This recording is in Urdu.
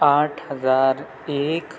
آٹھ ہزار ایک